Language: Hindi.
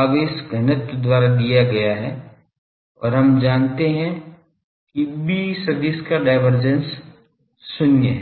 आवेश घनत्व द्वारा दिया गया है और हम जानते हैं कि B सदिश का डायवर्जेंस 0 है